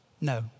No